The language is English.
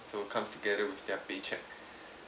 so comes together with their paycheck